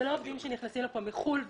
זה לא עובדים שנכנסים לפה מחו"ל,